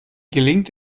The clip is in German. gelingt